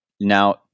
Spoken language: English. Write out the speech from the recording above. Now